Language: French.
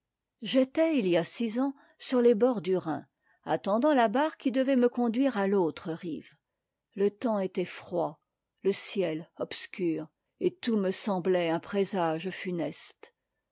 j'étais il y a six ans sur les bords du rhin attendant la barque qui devait me conduire à l'autre rive le temps était froid te ciel obscur et tout me semblait un présage funeste